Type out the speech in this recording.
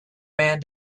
man